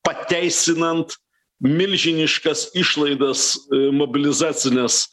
pateisinant milžiniškas išlaidas mobilizacines